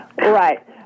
Right